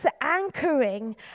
anchoring